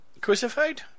crucified